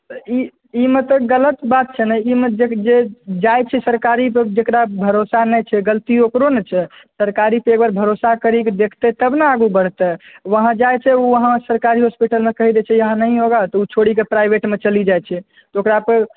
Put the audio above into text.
तऽ ई मे तऽ गलत बात छै ने ई मे जे जाइ छै सरकारी जेकरा भरोसा नही छै गलती ओकरो नहि छै सरकारी पर एक बेर भरोसा करिकऽ देखतै तब ने आगू बढ़तै वहाँ जाए से ओ वहाँ सरकारी हॉस्पिटलमे कहि दै छै यहाँ नहींँ होगा तऽ ओ छोड़िकऽ प्राइवेटमे चलि जाइ छै तऽ ओकरा पर